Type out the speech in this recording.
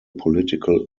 political